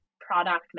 product